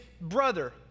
brother